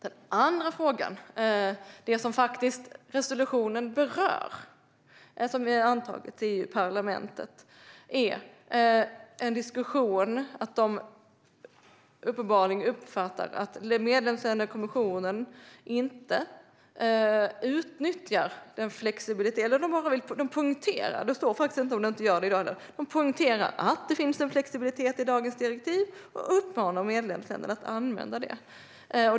Den andra frågan, som faktiskt berörs av den resolution vi har antagit i EU-parlamentet, är en diskussion där man poängterar att det finns en flexibilitet i dagens direktiv och uppmanar medlemsländerna att använda den.